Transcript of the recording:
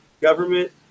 government